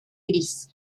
gris